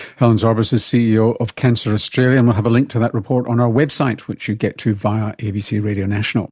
helen zorbas is ceo of cancer australia, and we'll have a link to that report on our website which you get to via abc radio national